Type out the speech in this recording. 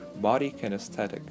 body-kinesthetic